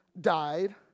died